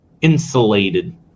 insulated